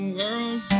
world